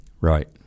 Right